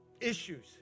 issues